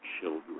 children